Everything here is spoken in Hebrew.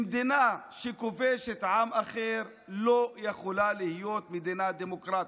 מדינה שכובשת עם אחר לא יכולה להיות מדינה דמוקרטית.